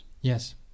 Yes